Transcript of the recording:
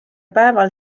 päeval